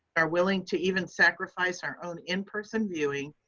are willing to even sacrifice our own in person viewing,